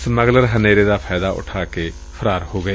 smuggler ਹਨੇਰੇ ਦਾ ਫਾਇਦਾ ਉਠਾ ਕੇ ਫਰਾਰ ਹੋ ਗਏ